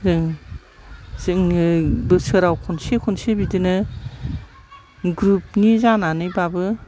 जों जोङो बोसोराव खनसे खनसे बिदिनो ग्रुपनि जानानैबाबो